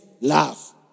love